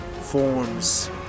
forms